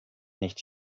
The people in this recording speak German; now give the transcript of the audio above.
nicht